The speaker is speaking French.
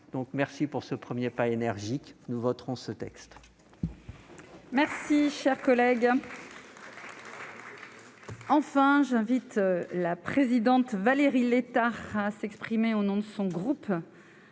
donc pour ce premier pas énergique : nous voterons ce texte